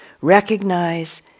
recognize